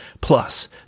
Plus